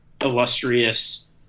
illustrious